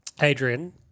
Adrian